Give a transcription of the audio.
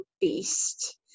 Beast